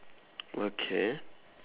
okay